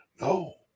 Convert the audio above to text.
No